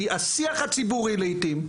כי השיח הציבורי לעתים,